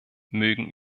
mögen